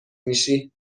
میشی